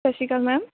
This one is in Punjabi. ਸਤਿ ਸ਼੍ਰੀ ਅਕਾਲ ਮੈਮ